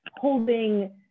holding